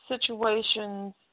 situations